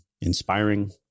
inspiring